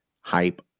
hype